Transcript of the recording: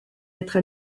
être